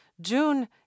June